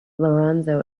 lorenzo